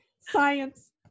Science